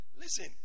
Listen